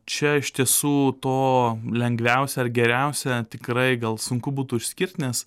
čia iš tiesų to lengviausia ar geriausia tikrai gal sunku būtų išskirt nes